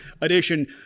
edition